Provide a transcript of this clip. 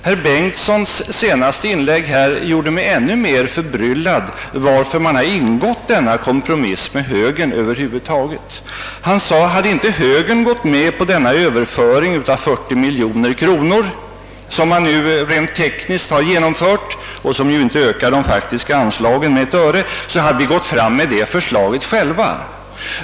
Herr Bengtssons senaste inlägg gjorde mig ännu mer förbryllad över anledningen till att man över huvud taget ingått denna kompromiss med högern. Han sade att om inte högern gått med på denna överföring av 40 miljoner kronor, som man nu rent tekniskt genomför och som ju inte ökar de faktiska anslagen med ett öre, så hade socialdemokraterna framlagt det förslaget själva.